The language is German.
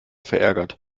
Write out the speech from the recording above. verärgert